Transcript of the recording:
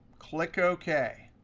click ok.